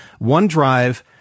OneDrive